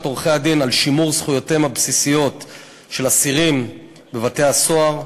עורכי-הדין על שמירת זכויותיהם הבסיסיות של האסירים בבתי-הסוהר.